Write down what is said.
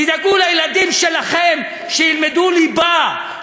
תדאגו לילדים שלכם שילמדו ליבה,